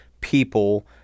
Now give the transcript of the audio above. people